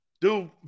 Dude